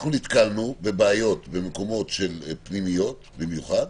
אנחנו נתקלנו בבעיות במקומות של פנימיות במיוחד,